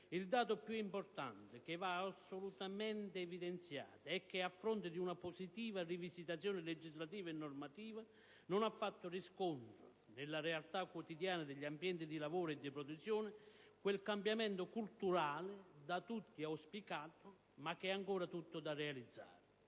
il dato più importante che va assolutamente sottolineato è che, a fronte di una positiva rivisitazione legislativa e normativa, non ha fatto riscontro, nella realtà quotidiana degli ambienti di lavoro e di produzione, quel cambiamento culturale da tutti auspicato ma che è ancora tutto da realizzare.